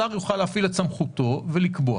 שר יוכל להפעיל את סמכותו ולקבוע.